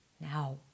Now